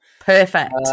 Perfect